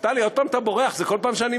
נפתלי, עוד פעם אתה בורח.